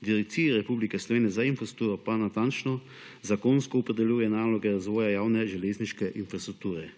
Direkcija Republike Slovenije za infrastrukturo pa natančno zakonsko opredeljuje naloge razvoja javne železniške infrastrukture,